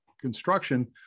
construction